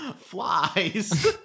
flies